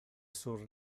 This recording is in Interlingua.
sur